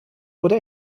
wurde